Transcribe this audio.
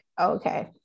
okay